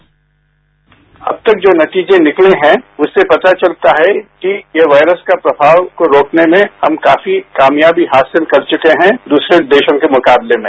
bite Reddy अब तक जो नतीजे निकले हैं उससे पता चलता है कि वायरस का प्रमाव रोकने में हम काफी कामयाबी हासिल कर चुके हैं दूसरे देशों के मुकाबले में